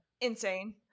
Insane